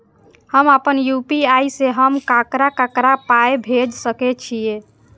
हम आपन यू.पी.आई से हम ककरा ककरा पाय भेज सकै छीयै?